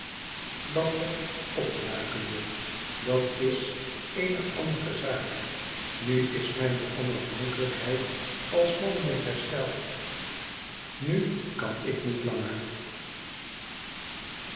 dapper opluikende t dat s eene andere zaak nu is mijne onafhankelijkheid als man weer hersteld nu kan ik oiet langer